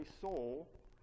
soul